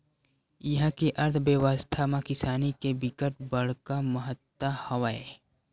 इहा के अर्थबेवस्था म किसानी के बिकट बड़का महत्ता हवय